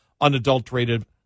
unadulterated